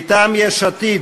מטעם יש עתיד: